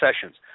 sessions